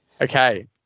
Okay